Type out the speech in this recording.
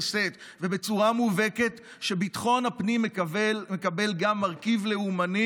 שאת ובצורה מובהקת שביטחון הפנים מקבל גם מרכיב לאומני,